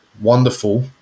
wonderful